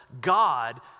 God